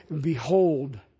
behold